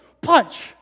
punch